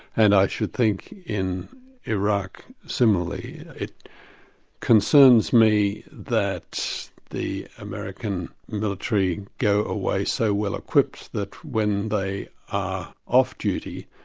and i should think in iraq, similarly. it concerns me that the american military go away so well equipped that when they are off duty,